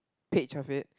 page of it